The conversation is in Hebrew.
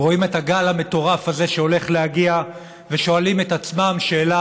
הם רואים את הגל המטורף הזה שהולך להגיע ושואלים את עצמם שאלה